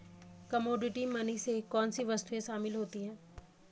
Commodity money में कौन सी वस्तुएं शामिल होती हैं?